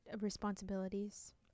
responsibilities